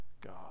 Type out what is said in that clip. God